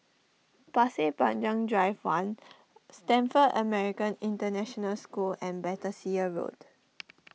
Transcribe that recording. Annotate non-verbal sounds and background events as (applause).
Pasir Panjang Drive one Stamford American International School and Battersea Road (noise)